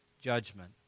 judgment